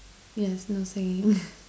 yes no singing